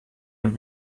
ein